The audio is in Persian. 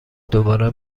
دوباره